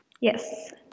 Yes